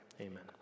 Amen